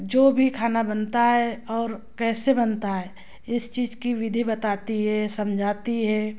जो भी खाना बनता है और कैसे बनता है इस चीज़ की विधि बताती है समझाती है